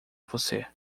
você